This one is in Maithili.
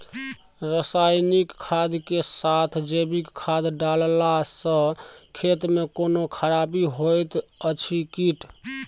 रसायनिक खाद के साथ जैविक खाद डालला सॅ खेत मे कोनो खराबी होयत अछि कीट?